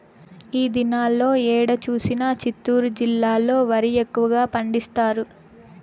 ఈ దినాల్లో ఏడ చూసినా చిత్తూరు జిల్లాలో వరి ఎక్కువగా పండిస్తారు